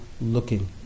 looking